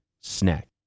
snack